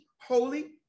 holy